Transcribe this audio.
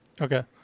Okay